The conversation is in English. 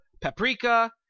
paprika